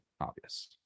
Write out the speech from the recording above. obvious